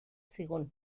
zigun